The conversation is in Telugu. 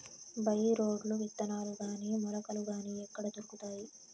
బై రోడ్లు విత్తనాలు గాని మొలకలు గాని ఎక్కడ దొరుకుతాయి?